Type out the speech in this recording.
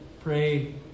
Pray